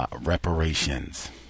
reparations